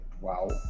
wow